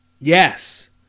Yes